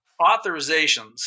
authorizations